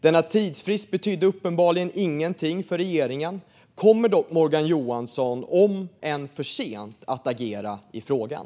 Denna tidsfrist betydde uppenbarligen ingenting för regeringen. Kommer dock Morgan Johansson, om än för sent, att agera i frågan?